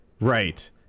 Right